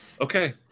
Okay